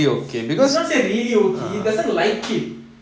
it's not say really okay he doesn't like it